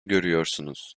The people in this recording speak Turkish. görüyorsunuz